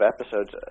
episodes